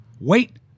Wait